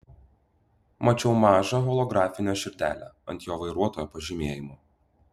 mačiau mažą holografinę širdelę ant jo vairuotojo pažymėjimo